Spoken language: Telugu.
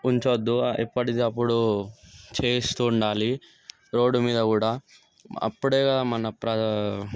ఉంచవద్దు ఎప్పడిదప్పుడు చేస్తుండాలి రోడ్డు మీద కూడా అప్పుడే కద మన ప్ర